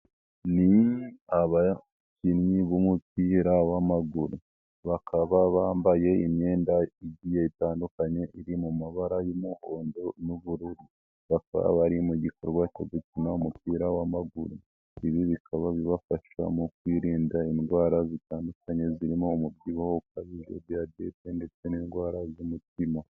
Ni abakinnyi b'umupira w'amaguru bakaba bambaye imyendaye itandukanye, iri mu mabara y'umuhondo n'ubururu bakaba bari mu gikorwa cyo gukina umupira w'amaguru, ibi bikaba bibafasha mu kwirinda indwara zitandukanye zirimo umubyibuho ukabije, diyabete ndetse n'indwara z'umutima.